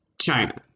China